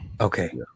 Okay